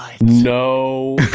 No